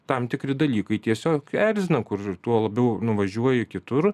tam tikri dalykai tiesiog erzina kur ir tuo labiau nuvažiuoji kitur